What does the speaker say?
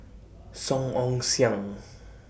Song Ong Siang